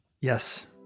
yes